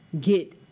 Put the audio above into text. get